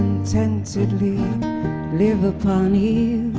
contentedly live upon eels,